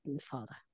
father